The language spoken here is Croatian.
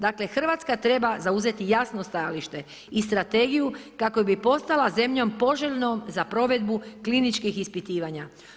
Dakle, RH treba zauzeti jasno stajalište i strategiju kako bi postala zemljom poželjnom za provedbu kliničkih ispitivanja.